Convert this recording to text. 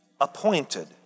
appointed